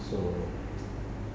so